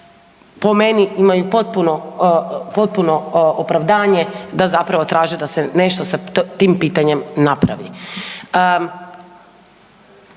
po meni imaju potpuno opravdanje da zapravo traže da se nešto sa tim pitanjem napravi.